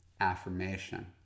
affirmation